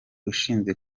ushinzwe